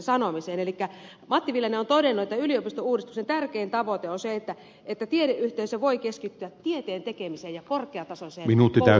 elikkä matti viljanen on todennut että yliopistouudistuksen tärkein tavoite on se että tiedeyhteisö voi keskittyä tieteen tekemiseen ja korkeatasoiseen koulutukseen